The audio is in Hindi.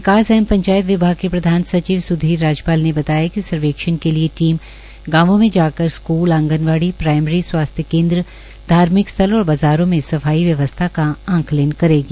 विकास एंव पंचायत विभाग के प्रधान सचिव स्धीर राजपाल ने बताया कि सर्वेक्षण के लिए टीम गांवों में जाकर स्कूल आंगनवाड़ी प्राईमरी स्वास्थ्य केन्द्र धार्मिक स्थल और बाज़ारों में सफाई व्यवस्था का आंकलन करेगी